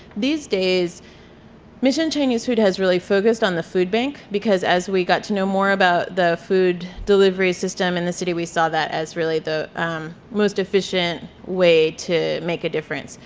these days mission chinese food has really focused on the food bank because as we got to know more about the food delivery system in the city we saw that as really the most efficient way to make a difference.